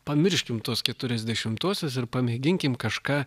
pamirškim tuos keturiasdešimtuosius ir pamėginkim kažką